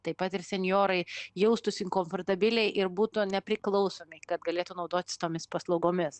taip pat ir senjorai jaustųsi komfortabiliai ir būtų nepriklausomi kad galėtų naudotis tomis paslaugomis